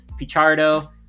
Pichardo